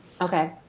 okay